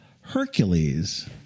Hercules